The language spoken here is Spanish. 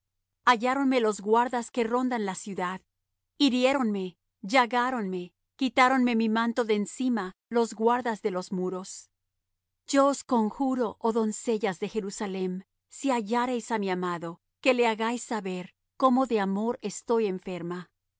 no me respondió halláronme los guardas que rondan la ciudad hiriéronme llagáronme quitáronme mi manto de encima los guardas de los muros yo os conjuro oh doncellas de jerusalem si hallareis á mi amado que le hagáis saber cómo de amor estoy enferma